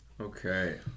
Okay